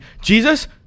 Jesus